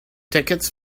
tickets